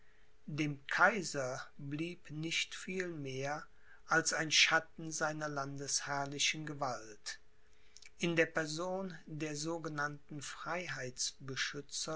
dem kaiser blieb nicht viel mehr als ein schatten seiner landesherrlichen gewalt in der person der sogenannten